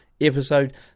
episode